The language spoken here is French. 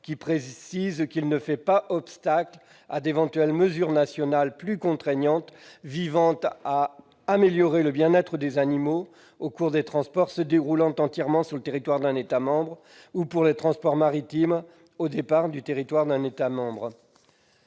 européen, lequel ne fait pas obstacle à d'éventuelles mesures nationales plus contraignantes visant à améliorer le bien-être des animaux au cours des transports se déroulant entièrement sur le territoire d'un État membre, ou pour les transports maritimes au départ du territoire d'un État membre.